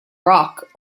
rock